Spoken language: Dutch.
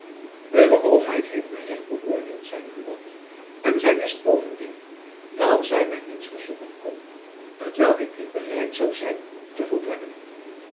uwe hoogheid heeft my recht beöordeeld zeide buat en zy wist bovendien dat zy my niets verzoeken kon t welk ik niet bereid zoû zijn te volbrengen